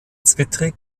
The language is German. zwittrig